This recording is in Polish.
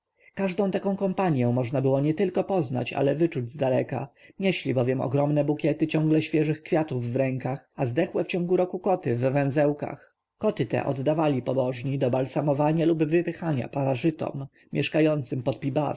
każdą taką kompanję można było nietylko poznać ale wyczuć zdaleka nieśli bowiem ogromne bukiety ciągle świeżych kwiatów w rękach a zdechłe w ciągu roku koty w węzełkach koty te oddawali pobożni do balsamowania lub wypychania paraszytom mieszkającym pod pi-bast a